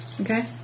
okay